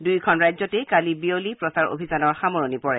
দুয়োখন ৰাজ্যতে কালি বিয়লি প্ৰচাৰ অভিযানৰ সামৰণি পৰে